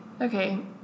Okay